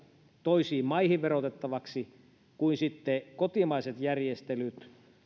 toisiin maihin verotettavaksi ovat aivan eri asia kuin kotimaiset järjestelyt